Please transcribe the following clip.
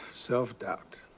self-doubt.